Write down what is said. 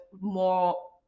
more